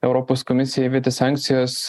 europos komisija įvedė sankcijas